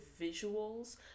visuals